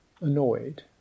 annoyed